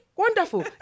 Wonderful